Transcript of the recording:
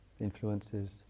influences